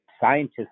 scientists